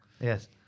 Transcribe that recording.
yes